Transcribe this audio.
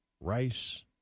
Rice